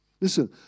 Listen